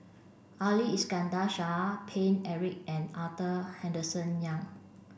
Ali Iskandar Shah Paine Eric and Arthur Henderson Young